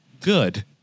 good